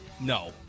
No